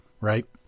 right